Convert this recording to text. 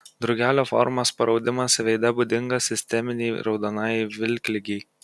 drugelio formos paraudimas veide būdingas sisteminei raudonajai vilkligei